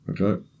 Okay